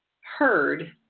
heard